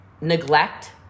neglect